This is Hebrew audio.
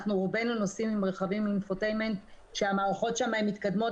רובנו נוסעים עם רכבים שהמערכות שם מתקדמות